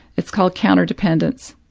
it's called counter-dependence.